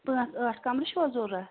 پانٛژھ ٲٹھ کَمرٕ چھُوا ضوٚرَتھ